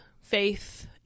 faith